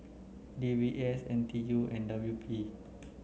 D B S N T U and W P